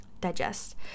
digest